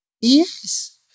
Yes